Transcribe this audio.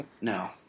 No